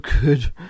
good